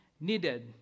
needed